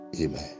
amen